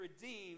redeemed